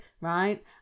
right